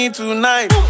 tonight